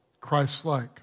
Christ-like